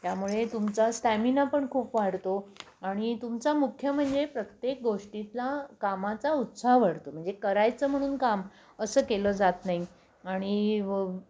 त्यामुळे तुमचा स्टॅमिना पण खूप वाढतो आणि तुमचा मुख्य म्हणजे प्रत्येक गोष्टीतला कामाचा उत्साह वाढतो म्हणजे करायचं म्हणून काम असं केलं जात नाही आणि व